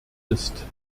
ist